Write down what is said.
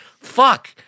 Fuck